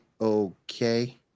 okay